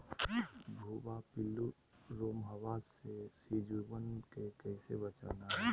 भुवा पिल्लु, रोमहवा से सिजुवन के कैसे बचाना है?